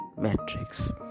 matrix